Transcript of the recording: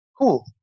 cool